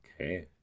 Okay